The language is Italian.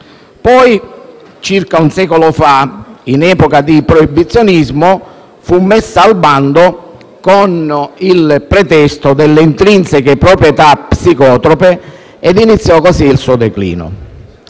Poi, circa un secolo fa, in epoca di proibizionismo, fu messa al bando col pretesto delle intrinseche proprietà psicotrope ed iniziò così il suo declino.